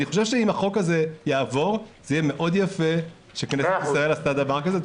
אני חושב שאם החוק הזה יעבור זה יהיה יפה מאוד שישראל עשתה דבר כזה.